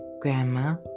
Grandma